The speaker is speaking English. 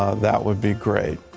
ah that would be great.